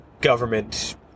government